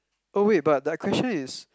oh wait but that question is